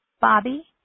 Bobby